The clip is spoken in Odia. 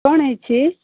କ'ଣ ହୋଇଛି